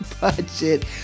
budget